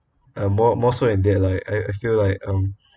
uh more more so than that I I feel like um